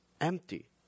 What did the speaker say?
empty